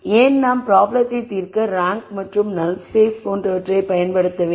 ஏன் நாம் ப்ராப்ளத்தை தீர்க்க ரேங்க் மற்றும் நல் ஸ்பேஸ் போன்றவற்றை பயன்படுத்த வேண்டும்